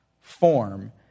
form